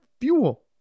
fuel